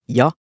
ja